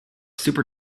super